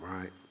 right